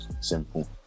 simple